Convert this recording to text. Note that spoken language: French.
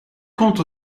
compte